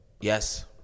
Yes